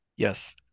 Yes